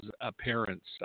appearance